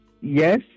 Yes